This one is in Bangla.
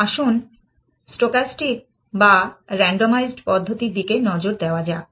আসুন স্টকাস্টিক বা রান্ডমাইজড পদ্ধতির দিকে নজর দেওয়া যাক